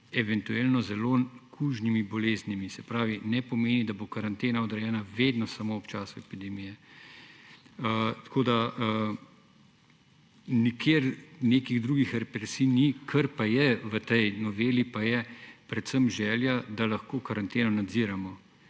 eventualno zelo kužnimi boleznimi. Se pravi, ne pomeni, da bo karantena odrejena vedno samo ob času epidemije. Tako ni nikjer nekih drugih represij, kar pa je v tej noveli, pa je predvsem želja, da lahko karanteno nadziramo.